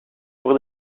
pour